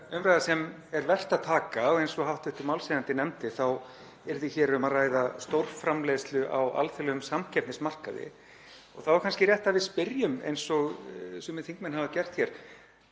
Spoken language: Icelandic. umræða sem er vert að taka. Eins og hv. málshefjandi nefndi þá yrði hér um að ræða stórframleiðslu á alþjóðlegum samkeppnismarkaði og þá er kannski rétt að við spyrjum eins og sumir þingmenn hafa gert hér: